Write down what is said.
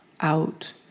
out